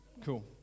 Cool